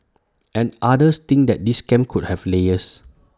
and others think that this scam could have layers